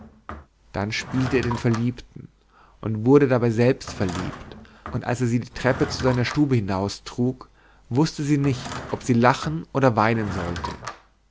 dann spielte er den verliebten und wurde dabei selbst verliebt und als er sie die treppe zu seiner stube hinaustrug wußte sie nicht ob sie lachen oder weinen sollte